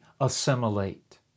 assimilate